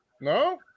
No